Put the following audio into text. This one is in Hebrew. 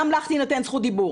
גם לך תינתן זכות דיבור.